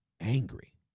angry